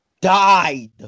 died